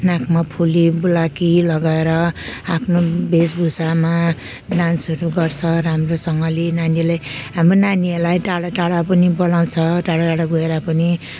नाकमा फुली बुलाकी लगाएर आफ्नो वेशभूषामा डान्सहरू गर्छ राम्रोसँगले नानीले हाम्रो नानीहरूलाई टाढा टाढा पनि बोलाउँछ टाढो टाढो गएर पनि